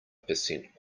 percent